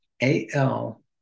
AL